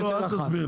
אל תסביר,